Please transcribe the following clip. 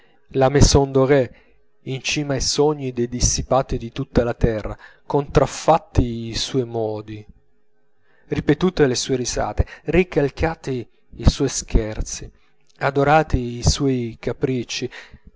la maison dorée in cima ai sogni dei dissipati di tutta la terra contraffatti i suoi modi ripetute le sue risate ricalcati i suoi scherzi adorati i suoi capricci